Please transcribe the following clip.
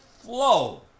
flow